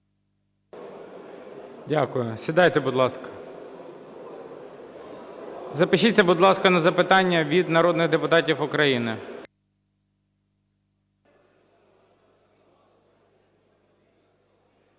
Дякую. Сідайте, будь ласка. Запишіться, будь ласка, на запитання від народних депутатів України.